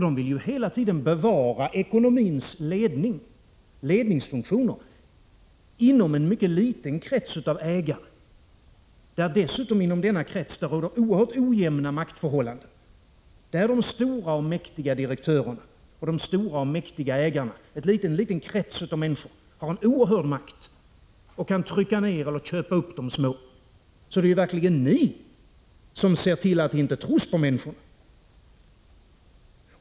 De vill ju hela tiden bevara ekonomins ledningsfunktioner inom en mycket liten krets av ägare, där det dessutom råder oerhört ojämna maktförhållanden, där de stora direktörerna och ägarna har en kolossal makt och kan trycka ner eller köpa upp de små. Det är verkligen ni som ser till, att det inte tros på människorna.